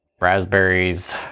raspberries